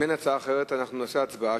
אם אין הצעה אחרת אנחנו נקיים הצבעה.